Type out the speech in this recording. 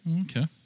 Okay